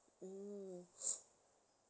mm